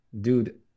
Dude